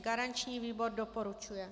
Garanční výbor doporučuje.